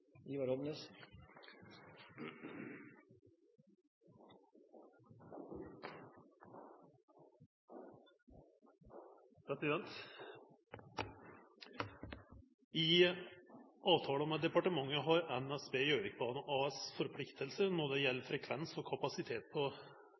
med departementet har NSB Gjøvikbanen AS forpliktelser når det gjelder